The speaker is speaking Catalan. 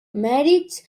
mèrits